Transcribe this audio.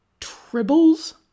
tribbles